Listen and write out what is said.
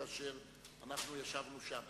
כאשר אנחנו ישבנו שם.